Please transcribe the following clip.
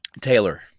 Taylor